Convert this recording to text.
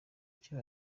icyo